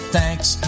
Thanks